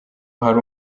hari